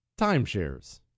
timeshares